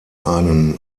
einen